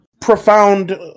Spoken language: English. profound